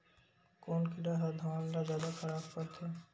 कोन कीड़ा ह धान ल जादा खराब करथे?